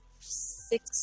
six